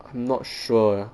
I'm not sure eh